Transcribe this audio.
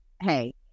Hey